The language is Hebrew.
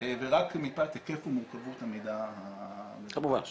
ורק מפאת היקף ומורכבות המידע המבוקש.